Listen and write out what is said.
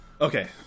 Okay